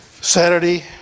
Saturday